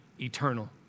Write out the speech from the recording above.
eternal